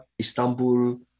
Istanbul